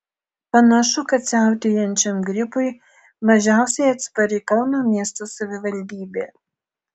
panašu kad siautėjančiam gripui mažiausiai atspari kauno miesto savivaldybė